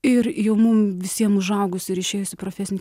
ir jau mum visiem užaugus ir išėjus į profesinį